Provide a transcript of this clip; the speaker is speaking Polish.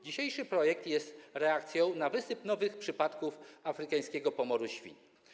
Dzisiejszy projekt jest reakcją na wysyp nowych przypadków afrykańskiego pomoru świń.